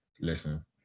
listen